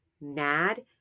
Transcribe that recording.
mad